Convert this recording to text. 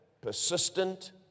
persistent